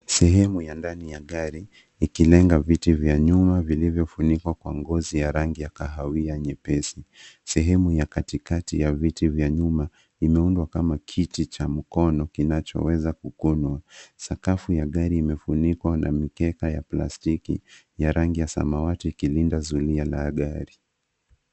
Sehemu ya ndani ya gari, ikionyesha viti vya nyuma vilivyofunikwa kwa ngozi ya rangi ya kahawia nyepesi. Kati ya viti vya nyuma kuna sehemu ya kati iliyoundwa kama kiti kidogo, chamo kono, ambacho kinaweza kukonwa. Sakafu ya gari imefunikwa na mikeka ya plastiki yenye rangi ya samawati, ambayo inalinda zulia la gari.